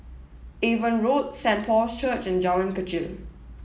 Avon Road Saint Paul's Church and Jalan Kechil